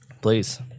please